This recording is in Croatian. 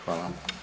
Hvala.